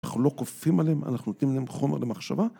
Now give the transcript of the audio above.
אנחנו לא כופים עליהם, אנחנו נותנים להם חומר למחשבה